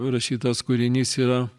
rašytas kūrinys yra